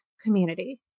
community